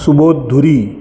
Subodh Dhuri